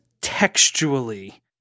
textually